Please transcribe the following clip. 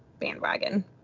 bandwagon